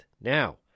now